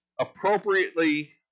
appropriately